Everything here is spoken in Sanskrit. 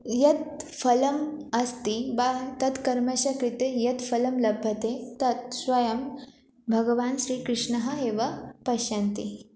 यत् फलम् अस्ति वा तत् कर्मस्य कृते यत् फलं लभ्यते तत् स्वयं भगवान् श्रीकृष्णः एव पश्यन्ति